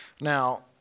Now